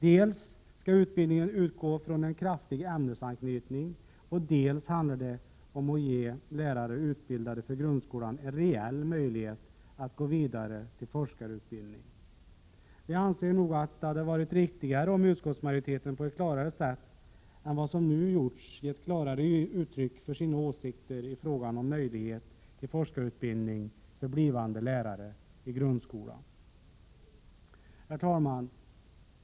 Dels skall utbildningen utgå från en kraftig ämnesanknytning, dels handlar det om att ge lärare utbildade för grundskolan en reell möjlighet att gå vidare till forskarutbildning. Vi anser nog att det hade varit riktigare om utskottsmajoriteten på ett klarare sätt än vad som nu gjorts gett uttryck för sina åsikter i frågan om möjlighet till forskarutbildning för blivande lärare i grundskolan. Herr talman!